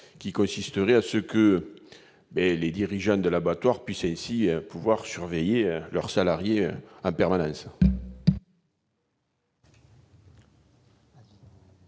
pervers serait que les dirigeants de l'abattoir puissent ainsi surveiller leurs salariés en permanence.